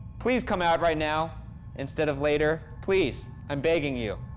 please come out right now instead of later. please, i'm begging you.